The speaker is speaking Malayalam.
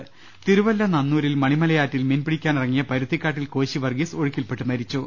രദേവ്ടക്കു തിരുവല്ല നന്നൂരിൽ മണിമലയാറ്റിൽ മീൻ പിടിക്കാനിറങ്ങിയ പരുത്തി ക്കാട്ടിൽ കോശി വർഗീസ് ഒഴുക്കിൽപ്പെട്ട് മരിച്ചു